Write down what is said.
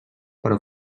però